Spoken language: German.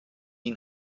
ihn